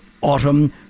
Autumn